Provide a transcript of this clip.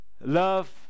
Love